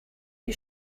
you